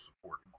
support